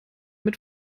mit